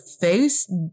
face